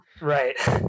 Right